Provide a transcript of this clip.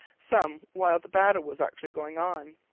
some while the battle was actually going on.